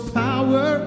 power